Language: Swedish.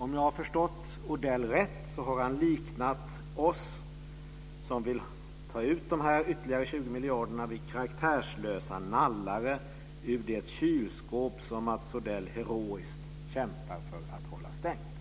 Om jag har förstått Odell rätt, har han liknat oss som vill ta ut dessa ytterligare 20 miljarder vid karaktärslösa nallare ur det kylskåp som Mats Odell heroiskt kämpar för att hålla stängt.